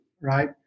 Right